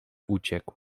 uciekł